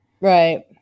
Right